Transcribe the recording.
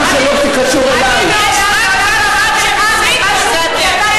יש רק צד אחד שמסית, וזה אתם.